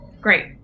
great